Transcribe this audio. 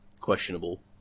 questionable